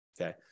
okay